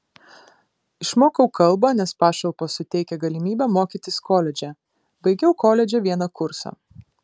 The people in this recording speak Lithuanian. išmokau kalbą nes pašalpos suteikia galimybę mokytis koledže baigiau koledže vieną kursą